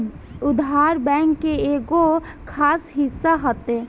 उधार, बैंक के एगो खास हिस्सा हटे